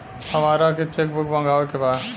हमारा के cheque book मगावे के बा?